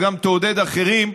וגם תעודד אחרים,